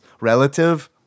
relative